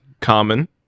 common